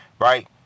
right